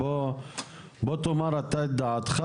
בוא תאמר את דעתך,